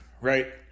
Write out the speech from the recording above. right